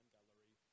Gallery